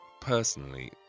personally